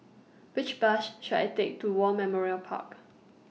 Which Bus should I Take to War Memorial Park